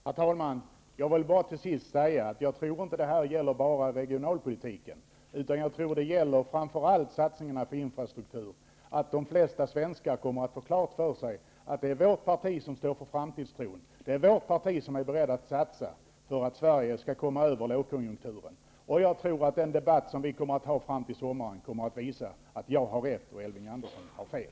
Herr talman! Jag vill bara till sist säga att jag tror att det inte bara gäller regionalpolitiken utan framför allt satsningarna på infrastruktur när de flesta svenskar kommer att få klart för sig att det är vårt parti som står för framtidstron, att det är vårt parti som är berett att satsa för att Sverige skall komma över lågkonjunkturen. Och jag tror att den debatt som vi kommer att ha fram till sommaren kommer att visa att jag har rätt och att Elving Andersson har fel.